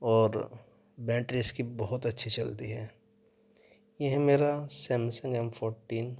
اور بیٹری اس کی بہت اچھی چلتی ہے یہ ہے میرا سیمسنگ ایم فورٹین